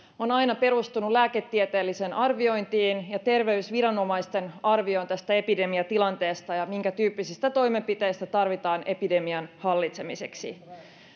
ovat aina perustuneet lääketieteelliseen arviointiin ja terveysviranomaisten arvioon tästä epidemiatilanteesta ja siitä minkätyyppisiä toimenpiteitä tarvitaan epidemian hallitsemiseksi